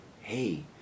hey